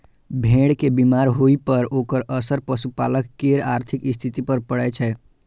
भेड़ के बीमार होइ पर ओकर असर पशुपालक केर आर्थिक स्थिति पर पड़ै छै